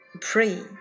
Pray